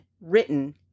written